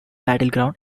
battleground